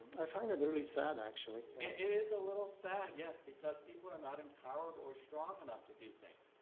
i find that really sad actually. and it is a little sad, yes, because people are not empowered or strong enough to do things.